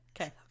Okay